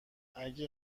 اگه